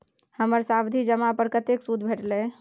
हमर सावधि जमा पर कतेक सूद भेटलै?